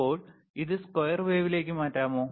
ഇപ്പോൾ ഇത് സ്ക്വയർ വേവിലേക്ക് മാറ്റാമോ